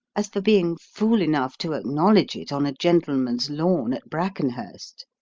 as for being fool enough to acknowledge it on a gentleman's lawn at brackenhurst.